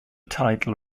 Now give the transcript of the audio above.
title